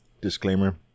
Disclaimer